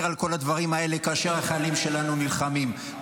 על כל הדברים האלה כאשר החיילים שלנו נלחמים.